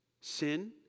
Sin